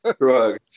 drugs